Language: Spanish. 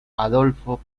adolfo